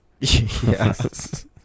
Yes